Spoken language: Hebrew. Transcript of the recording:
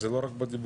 זה לא רק בדיבורים,